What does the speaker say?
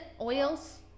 Oils